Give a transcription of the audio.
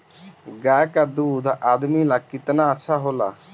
गाय का दूध आदमी ला कितना अच्छा होला?